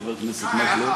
חבר הכנסת מקלב כאן,